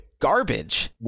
garbage